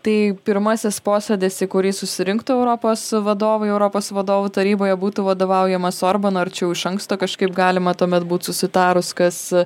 tai pirmasis posėdis į kurį susirinktų europos vadovai europos vadovų taryboje būtų vadovaujamas orbano ar čia jau iš anksto kažkaip galima tuomet būt susitarus kas